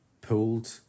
pulled